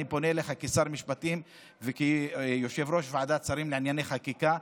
אני פונה אליך כשר משפטים וכיושב-ראש ועדת שרים לענייני חקיקה,